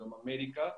בדרום אמריקה.